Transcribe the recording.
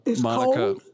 Monica